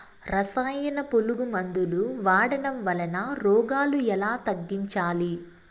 రసాయన పులుగు మందులు వాడడం వలన రోగాలు ఎలా తగ్గించాలి?